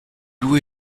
loups